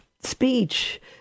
speech